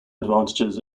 advantages